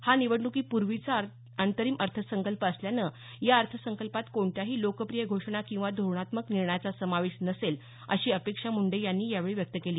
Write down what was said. हा निवडण्कीपूर्वीचा अंतरिम अर्थसंकल्प असल्यानं या अर्थसंकल्पात कोणत्याही लोकप्रिय घोषणा किंवा धोरणात्मक निर्णयाचा समावेश नसेल अशी अपेक्षा मुंडे यांनी यावेळी व्यक्त केली